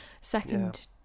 second